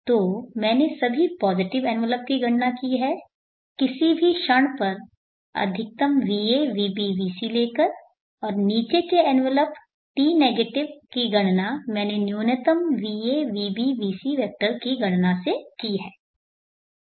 तो मैंने सभी पॉजिटिव एनवलप की गणना की है किसी भी क्षण पर अधिकतम va vb vc ले कर और नीचे के एनवलप t नेगेटिव की गणना मैंने न्यूनतम va vb vc वेक्टर की गणना से की है